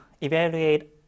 evaluate